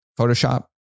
Photoshop